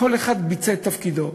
כל אחד ביצע את תפקידו.